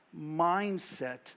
mindset